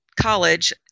college